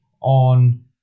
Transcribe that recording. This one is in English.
on